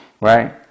right